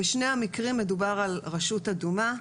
בשני המקרים מדובר על רשות אדומה,